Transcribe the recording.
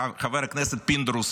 חבר הכנסת פינדרוס,